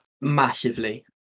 massively